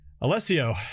Alessio